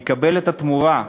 יקבל את התמורה,